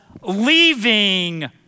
leaving